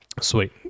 sweet